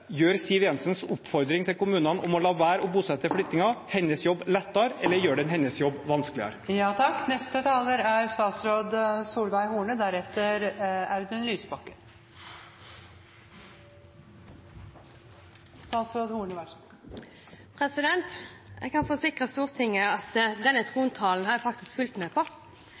Gjør Siv Jensens oppfordring til kommunene om å la være å bosette flyktninger hennes jobb lettere, eller gjør den hennes jobb vanskeligere? Jeg kan forsikre Stortinget om at denne trontaledebatten har jeg faktisk fulgt med på. Jeg var her i går, og jeg